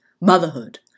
motherhood